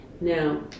Now